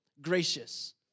gracious